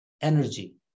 energy